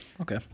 Okay